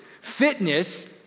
Fitness